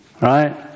right